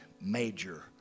major